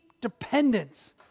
dependence